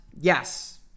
yes